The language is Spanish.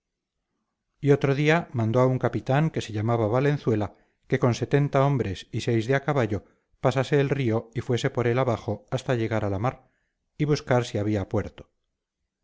y otro día mandó a un capitán que se llamaba valenzuela que con setenta hombres y seis de caballo pasase el río y fuese por él abajo hasta llegar a la mar y buscar si había puerto